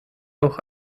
auch